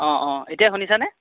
অঁ অঁ এতিয়া শুনিছানে